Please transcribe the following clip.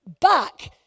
back